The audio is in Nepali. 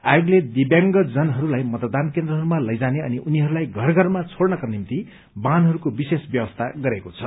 आयोगले दिव्यांगहरूलाई मतदान केन्द्रहरूमा लैजाने अनि उनीहरूलाई घर घरमा छोड़नका निम्ति वाहनहरूको विशेष व्यवस्था गरेको छ